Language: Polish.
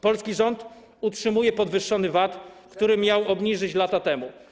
Polski rząd utrzymuje podwyższony VAT, który miał obniżyć lata temu.